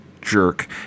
jerk